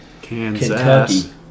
Kansas